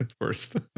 first